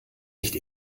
nicht